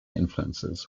influences